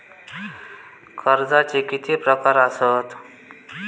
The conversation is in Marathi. कर्जाचे किती प्रकार असात?